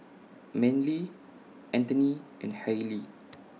Manly Anthoney and Hailie